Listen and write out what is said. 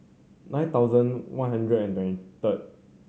nine thousand one hundred and twenty third